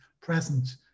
present